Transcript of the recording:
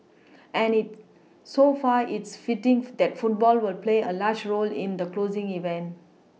and so far is fitting that football will play a large role in the closing event